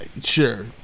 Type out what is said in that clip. Sure